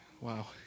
Wow